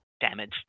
damage